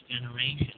generation